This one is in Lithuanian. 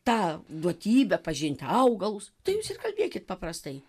tą duotybę pažinti augalus tai jūs ir kalbėkit paprastai